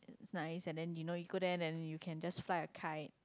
it's nice and then you know you go there you can just fly a kite